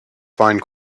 find